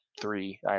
three